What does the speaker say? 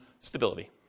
stability